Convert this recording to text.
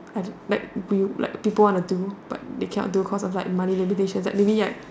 I like we like people want to do but they cannot do cause of like money limitations like maybe like